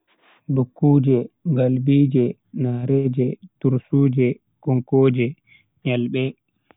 Dukkuje, Ngalbije, Nareeje, tursuje, konkooje, nyalbe